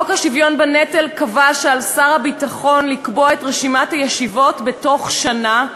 חוק השוויון בנטל קבע שעל שר הביטחון לקבוע את רשימת הישיבות בתוך שנה,